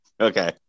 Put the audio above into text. Okay